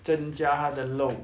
增加它的肉